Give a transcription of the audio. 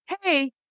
Hey